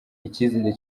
icyizere